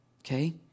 Okay